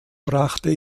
brachte